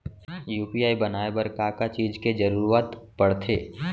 UPI बनाए बर का का चीज के जरवत पड़थे?